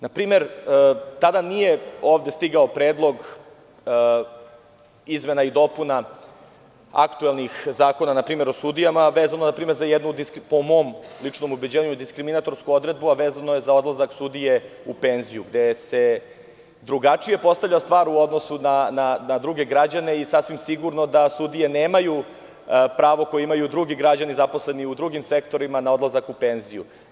Na primer, tada nije ovde stigao predlog izmena i dopuna aktuelnih zakona, na primer o sudijama, a vezano je za jednu, po mom ličnom ubeđenju, diskriminatorsku odredbu, a vezano je za odlazak sudije u penziju, gde se drugačije postavlja stvar u odnosu na druge građane i sasvim sigurno da sudije nemaju pravo koje imaju drugi građani zaposleni u drugim sektorima za odlazak u penziju.